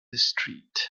street